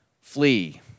flee